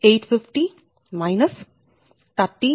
77762